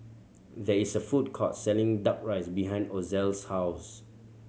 there is a food court selling Duck Rice behind Ozell's house